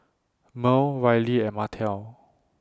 Merl Ryley and Martell